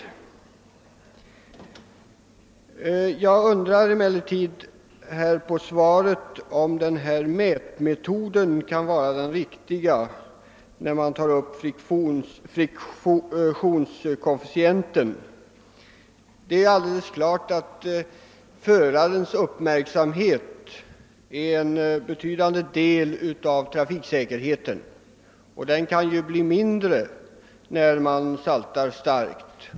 Men jag undrar om den mätmetod som det talas om i svaret, alltså att mäta friktionskoefficienten, är den riktiga. Förarens uppmärksamhet är givetvis en betydande del av trafiksäkerheten, och den blir uppenbarligen sämre om vägbanan saltas starkt.